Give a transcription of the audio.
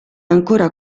ancora